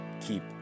keep